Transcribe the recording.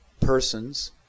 persons